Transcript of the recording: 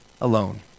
alone